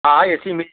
हाँ A C mill